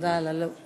תודה על הלויאליות.